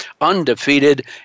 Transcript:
undefeated